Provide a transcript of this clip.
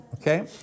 okay